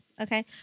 okay